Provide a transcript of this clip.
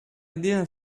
didn’t